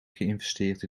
geïnvesteerd